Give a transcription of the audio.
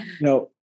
No